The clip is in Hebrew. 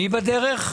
מי בדרך?